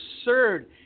absurd